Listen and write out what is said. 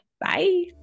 Bye